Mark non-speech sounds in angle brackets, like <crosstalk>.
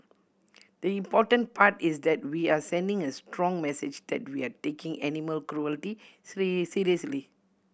the important part is that we are sending a strong message that we are taking animal cruelty <unintelligible> seriously